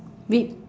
we